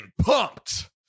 pumped